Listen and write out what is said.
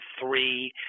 three